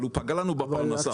הוא פגע לנו בפרנסה.